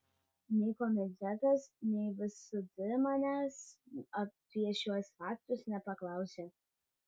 nei komitetas nei vsd manęs apie šiuos faktus nepaklausė